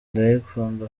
ndayikunda